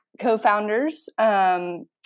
co-founders